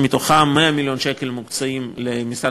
שמתוכם 100 מיליון שקל מוקצים למשרד